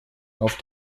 auf